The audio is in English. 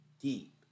deep